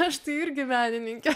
aš tai irgi menininkė